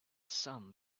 sun